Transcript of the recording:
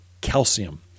calcium